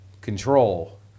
control